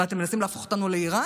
מה, אתם מנסים להפוך אותנו לאיראן?